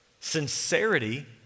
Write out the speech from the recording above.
Sincerity